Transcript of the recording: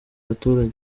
abaturage